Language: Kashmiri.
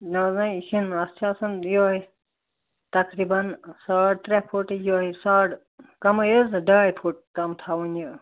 نَہ حظ نَہ یہِ چھِنہٕ اَتھ چھِ آسان یہٲے تقریٖبًا ساڈ ترٛےٚ فُٹہٕ یِہٲے ساڈ کَمٕے حظ ڈاے فُٹ تام تھَاوُن یہِ